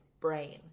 brain